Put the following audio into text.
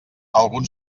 algun